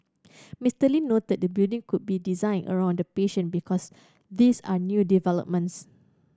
Mister Lee noted the building could be designed around the patient because these are new developments